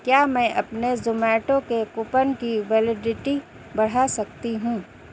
کیا میں اپنے زومیٹو کے کوپن کی ویلڈیٹی بڑھا سکتی ہوں